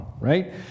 right